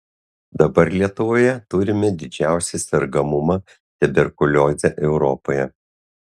dabar lietuvoje turime didžiausią sergamumą tuberkulioze europoje